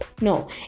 No